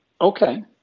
Okay